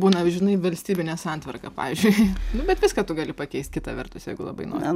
būna amžinai valstybinė santvarka pavyzdžiui nu bet viską tu gali pakeist kita vertus jeigu labai nori